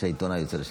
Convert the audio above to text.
כשהעיתונאי יוצא לשטח?